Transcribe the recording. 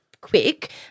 Quick